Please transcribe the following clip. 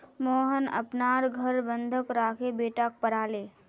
मोहन अपनार घर बंधक राखे बेटाक पढ़ाले